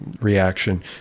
reaction